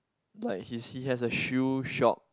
like his he has a shoe shop